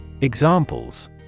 Examples